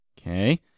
Okay